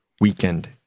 weekend